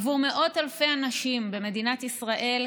עבור מאות אלפי אנשים במדינת ישראל,